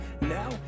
Now